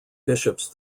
bishops